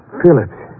Phillips